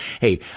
Hey